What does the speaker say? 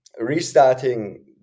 restarting